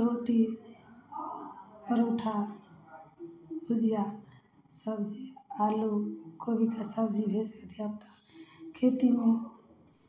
रोटी परोठा भुजिया सब्जी आलू कोबीके सब्जी भेज धियापुता खेतीमे से